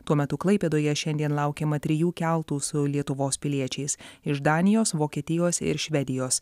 tuo metu klaipėdoje šiandien laukiama trijų keltų su lietuvos piliečiais iš danijos vokietijos ir švedijos